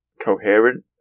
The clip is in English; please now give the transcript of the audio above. coherent